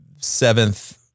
seventh